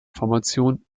formation